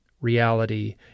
reality